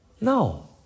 no